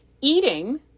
Eating